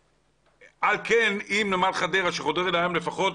על כן אם נמל חדרה שחודר לפחות